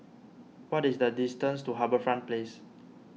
what is the distance to HarbourFront Place